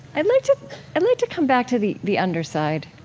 i'd like to and like to come back to the the underside,